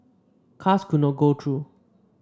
cars could not go through